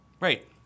Right